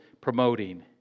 promoting